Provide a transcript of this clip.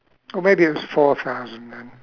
or maybe it was four thousand then